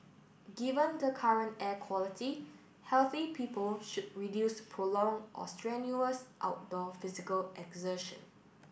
given the current air quality healthy people should reduce prolong or strenuous outdoor physical exertion